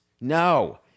No